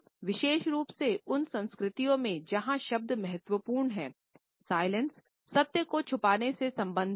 विशेष रूप से उन संस्कृतियों में जहां शब्द महत्वपूर्ण हैंसाइलेंस सत्य को छुपाने से संबंधित हैं